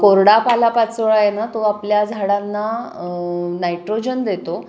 कोरडा पालापाचोळा आहे ना तो आपल्या झाडांना नायट्रोजन देतो